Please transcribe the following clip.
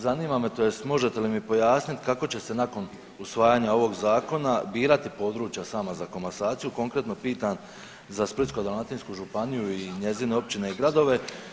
Zanima me tj. možete li mi pojasniti kako će se nakon usvajanja ovog zakona birati područja sama za komasaciju, konkretno pitam za Splitsko-dalmatinsku županiju i njezine općine i gradove.